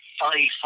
funny